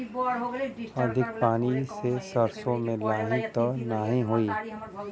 अधिक पानी से सरसो मे लाही त नाही होई?